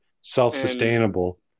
self-sustainable